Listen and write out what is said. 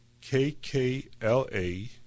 K-K-L-A